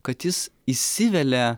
kad jis įsivelia